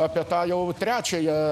apie tą jau trečiąją